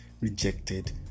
rejected